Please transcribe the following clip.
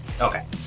Okay